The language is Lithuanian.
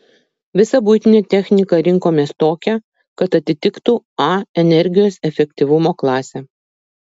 visą buitinę techniką rinkomės tokią kad atitiktų a energijos efektyvumo klasę